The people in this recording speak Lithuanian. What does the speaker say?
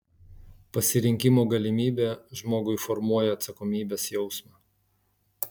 pasirinkimo galimybė žmogui formuoja atsakomybės jausmą